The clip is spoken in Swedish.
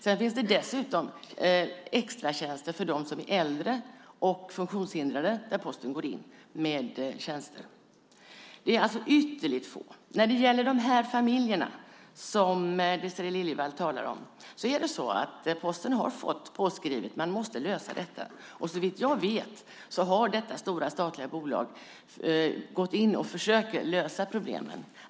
Det finns dessutom extratjänster för dem som är äldre och funktionshindrade, där Posten går in med tjänster. Det är alltså ytterligt få. När det gäller de familjer som Désirée Liljevall talar om har Posten fått påskrivet att man måste lösa detta. Såvitt jag vet har detta stora statliga bolag gått in och försökt lösa problemen.